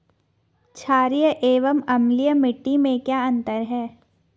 छारीय एवं अम्लीय मिट्टी में क्या अंतर है?